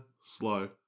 Slow